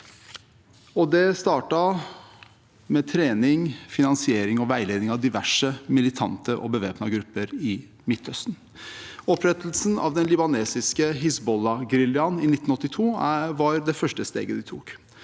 Det startet med trening, finansi ering og veiledning av diverse militante og bevæpnede grupper i Midtøsten. Opprettelsen av den libanesiske Hizbollah-geriljaen i 1982 var det første steget de tok.